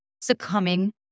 succumbing